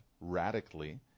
radically